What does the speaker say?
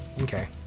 Okay